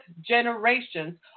generations